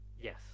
Yes